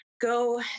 go